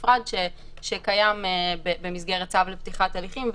נפרד שקיים במסגרת צו לפתיחת הליכים.